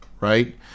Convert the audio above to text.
right